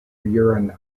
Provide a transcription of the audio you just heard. urine